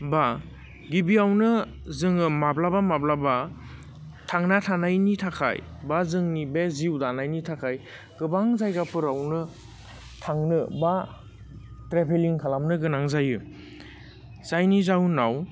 बा गिबियावनो जोङो माब्लाबा माब्लाबा थांना थानायनि थाखाय बा जोंनि बे जिउ दानायनि थाखाय गोबां जायगाफोरावनो थांनो बा ट्रेभिलिं खालामनो गोनां जायो जायनि जाउनाव